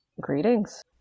Greetings